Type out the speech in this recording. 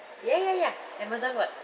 ya ya ya Amazon [what]